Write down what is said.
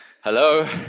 hello